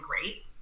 great